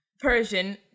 Persian